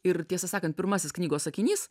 ir tiesą sakant pirmasis knygos sakinys